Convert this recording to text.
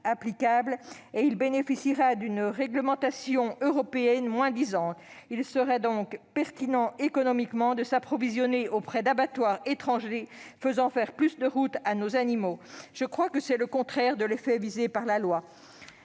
applicable et il bénéficiera d'une réglementation européenne moins-disante. Il sera donc pertinent économiquement pour lui de s'approvisionner auprès d'abattoirs étrangers, faisant faire plus de route aux animaux. Il me semble que c'est le contraire de l'objectif de la loi